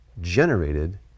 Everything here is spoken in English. generated